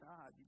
God